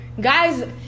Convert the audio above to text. Guys